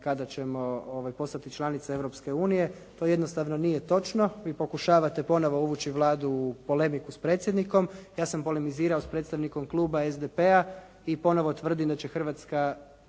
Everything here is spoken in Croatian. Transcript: kada ćemo postati članica Europske unije. To jednostavno nije točno. Vi pokušavate ponovo uvući Vladu u polemiku s predsjednikom. Ja sam polemizirao s predstavnikom Kluba SDP-a i ponovo tvrdim da će Hrvatska